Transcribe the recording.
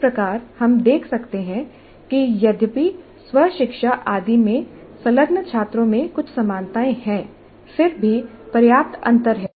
इस प्रकारहम देख सकते हैं कि यद्यपि स्व शिक्षा आदि में संलग्न छात्रों में कुछ समानताएँ हैं फिर भी पर्याप्त अंतर हैं